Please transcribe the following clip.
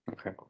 Okay